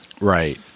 Right